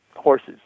Horses